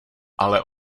ale